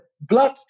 blood